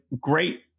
great